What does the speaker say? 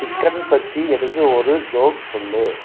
chicken பற்றி எனக்கு ஒரு ஜோக் சொல்